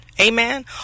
Amen